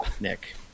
Nick